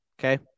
Okay